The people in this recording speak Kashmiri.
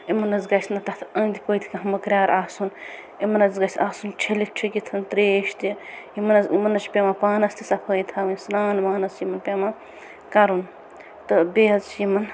یِمن حظ گَژھِ نہٕ تَتھ أندۍ پٔتۍ کانٛہہ مٔکریار آسُن یِمن حظ گَژھِ آسُن چھَلِتھ چھکھِتھ تریش تہِ یِمن حظ یِمن منٛز چھِ پٮ۪وان پانَس تہِ صفٲیی تھاوٕنۍ سران وران حظ چھِ یِمن پٮ۪وان کَرُن تہِ بییٚہِ حظ چھُ یِمن